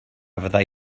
fyddai